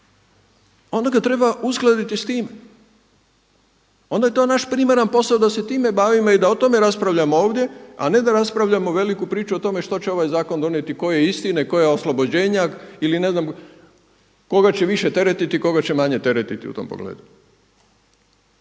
onda ga treba uskladiti s time, onda je to naš primaran posao da se time bavimo i da o tome raspravljamo ovdje a ne da raspravljamo veliku priču o tome što će ovaj zakon donijeti koje istine, koje oslobođenja ili ne znam koga će više teretiti, koga će manje teretiti u tom pogledu.